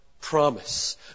promise